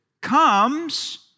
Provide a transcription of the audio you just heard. comes